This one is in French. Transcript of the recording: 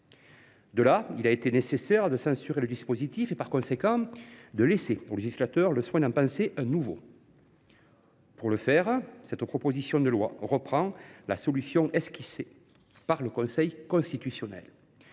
Dès lors, il a été nécessaire de censurer le dispositif et, par conséquent, de laisser au législateur le soin d’en penser un nouveau. Pour le faire, cette proposition de loi reprend la solution esquissée par le Conseil constitutionnel.